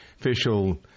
official